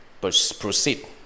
proceed